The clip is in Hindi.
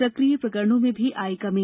सक्रिय प्रकरणों में भी आई कमी